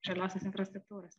žaliosios infrastruktūros